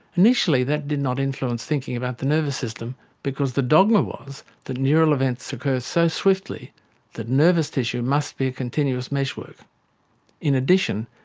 initially, that did not influence thinking about the nervous system because the dogma was that neural events occur so swiftly that nervous tissue must be a continuous meshwork in addition,